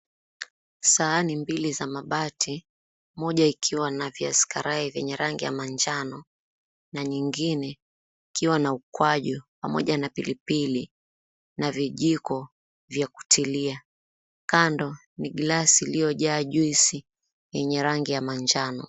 Sahani mbili za mabati, moja ikiwa na viazi karai vyenye rangi ya manjano na nyingine ikiwa na ukwaju pamoja na pilipili na vijiko vya kutilia. Kando ni glasi iliyojaa juisi yenye rangi ya manjano.